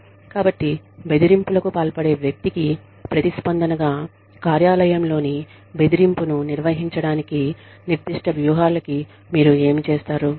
కాబట్టి బెదిరింపులకు పాల్పడే వ్యక్తి కి ప్రతిస్పందనగా కార్యాలయంలోని బెదిరింపును నిర్వహించడానికి నిర్దిష్ట వ్యూహాలు కి మీరు ఏమి చేస్తారు